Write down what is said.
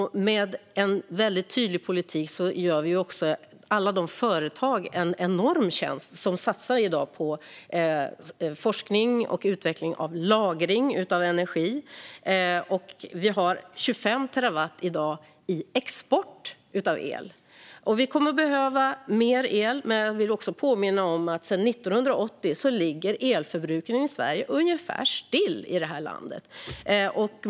Med en tydlig politik gör vi alla de företag som i dag satsar på forskning och utveckling av lagring av energi en enorm tjänst. Vi har i dag 25 terawatt i export av el. Vi kommer att behöva mer el, men jag vill också påminna om att sedan 1980 ligger elförbrukningen i Sverige i stort sett still.